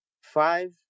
five